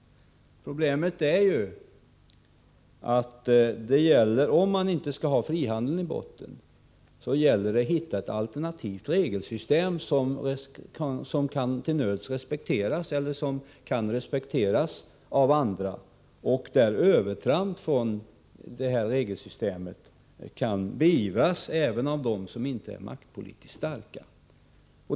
Om man inte skall ha frihandeln i botten gäller det att hitta ett alternativt regelsystem som kan respekteras av andra och där övertramp kan beivras även av dem som inte är maktpolitiskt starka.